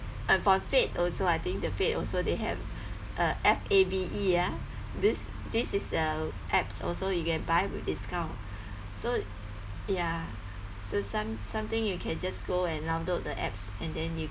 and for fave also I think the fave also they have uh f a v e ah this this is a apps also you can buy with discount so ya so some something you can just go and download the apps and then you